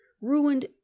ruined